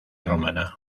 romana